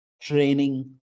training